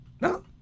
No